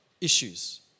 issues